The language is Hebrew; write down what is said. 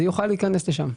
זה יוכל להיכנס לשם.